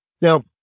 Now